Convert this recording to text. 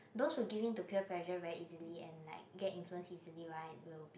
those who give in to peer pressure very easily and like get influence easily right will be